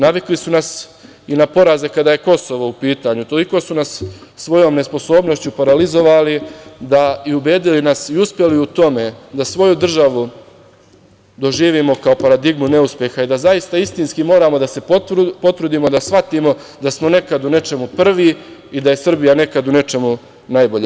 Navikli su nas i na poraze kada je Kosovo u pitanju, toliko su nas svojom nesposobnošću paralizovali i ubedili nas i uspeli u tome da svoju državu doživimo kao paradigmu neuspeha i da zaista istinski moramo da se potrudimo i da shvatimo da smo nekad u nečemu prvi i da je Srbija nekad u nečemu najbolja.